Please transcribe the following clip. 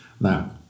Now